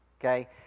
okay